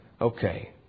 Okay